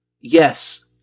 yes